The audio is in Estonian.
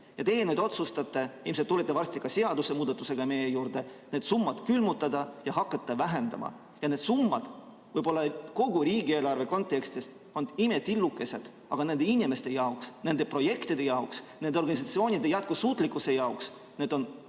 aga teie nüüd otsustate – ilmselt tulete varsti ka seadusemuudatusega meie juurde – need summad külmutada ja hakata neid vähendama. Need summad on võib-olla kogu riigieelarve kontekstis imetillukesed, aga nende inimeste jaoks, nende projektide jaoks ja nende organisatsioonide jätkusuutlikkuse jaoks on need väga